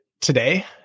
today